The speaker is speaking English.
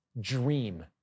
dream